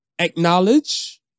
Acknowledge